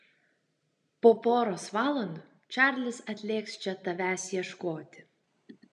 po poros valandų čarlis atlėks čia tavęs ieškoti